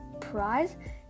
prize